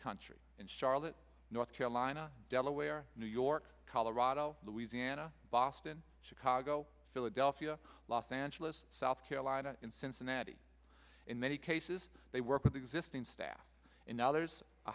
country in charlotte north carolina delaware new york colorado louisiana boston chicago philadelphia los angeles south carolina in cincinnati in many cases they work with existing staff in others a